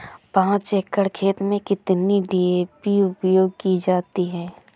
पाँच एकड़ खेत में कितनी डी.ए.पी उपयोग की जाती है?